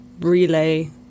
relay